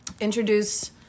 introduce